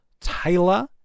Taylor